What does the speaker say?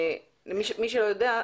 מי שלא יודע,